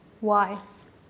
wise